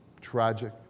Tragic